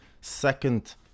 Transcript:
second